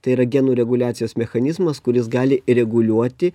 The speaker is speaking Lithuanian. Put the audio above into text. tai yra genų reguliacijos mechanizmas kuris gali reguliuoti